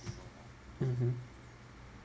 mmhmm